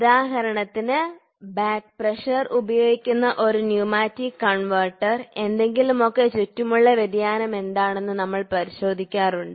ഉദാഹരണത്തിന് ബാക്ക്പ്രഷർ ഉപയോഗിക്കുന്ന ഒരു ന്യൂമാറ്റിക് കൺവെർട്ടർ എന്തെങ്കിലുമൊക്കെ ചുറ്റുമുള്ള വ്യതിയാനമെന്താണെന്ന് നമ്മൾ പരിശോധിക്കാറുണ്ട്